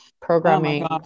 programming